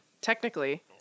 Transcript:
technically